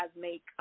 make